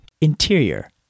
Interior